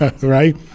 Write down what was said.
right